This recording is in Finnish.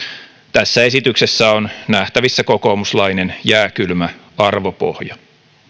tässä esityksessä on nähtävissä kokoomuslainen jääkylmä arvopohja